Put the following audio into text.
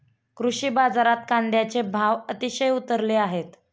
कृषी बाजारात कांद्याचे भाव अतिशय उतरले आहेत